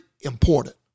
important